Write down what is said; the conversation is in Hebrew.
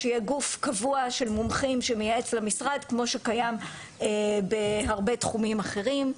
שיהיה גוף קבוע של מומחים שמייעץ למשרד כמו שקיים בהרבה תחומים אחרים,